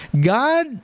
God